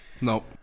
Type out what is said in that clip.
Nope